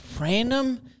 random